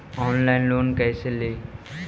Online loan कैसे ली?